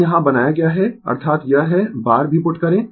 तो यहाँ बनाया गया है अर्थात यह है बार भी पुट करें